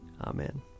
Amen